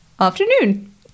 Afternoon